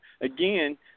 again